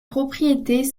propriétés